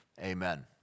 Amen